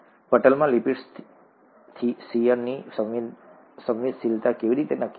પટલમાં lipids શીયરની સંવેદનશીલતા કેવી રીતે નક્કી કરે છે